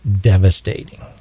devastating